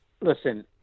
Listen